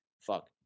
fuck